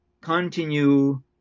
continue